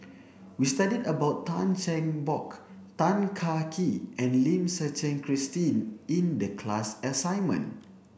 we studied about Tan Cheng Bock Tan Kah Kee and Lim Suchen Christine in the class assignment